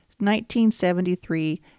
1973